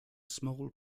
small